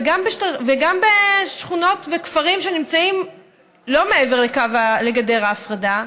וגם בשכונות ובכפרים שלא נמצאים מעבר לגדר ההפרדה,